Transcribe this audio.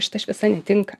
šita šviesa netinka